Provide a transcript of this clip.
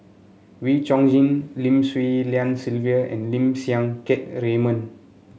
Wee Chong Jin Lim Swee Lian Sylvia and Lim Siang Keat Raymond